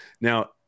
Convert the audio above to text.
Now